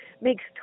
makes